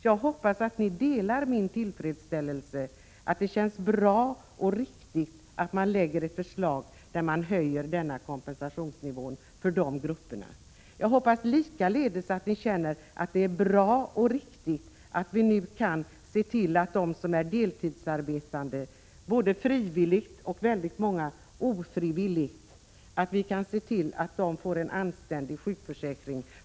Jag hoppas att ni delar min tillfredsställelse, att det känns bra och riktigt att man lägger fram ett förslag där kompensationsnivån för de grupperna höjs. Jag hoppas likaledes att ni känner att det är bra och riktigt att vi nu kan se till, att de som är deltidsarbetande — både frivilligt och, som väldigt många, ofrivilligt — får en anständig sjukförsäkring.